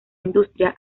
industria